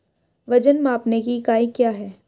वजन मापने की इकाई क्या है?